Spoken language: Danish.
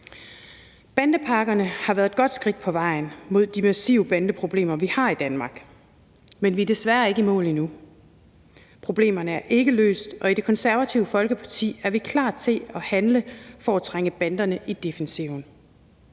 Bandepakkerne har været et godt skridt på vejen mod bekæmpelse af de massive bandeproblemer, vi har i Danmark, men vi er desværre ikke i mål endnu. Problemerne er ikke løst, og i Det Konservative Folkeparti er vi klar til at handle for at trænge banderne i defensiven